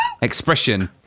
expression